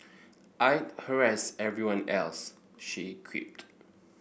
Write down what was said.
I'd harass everyone else she quipped